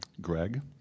Greg